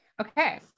Okay